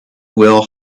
will